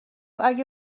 اگه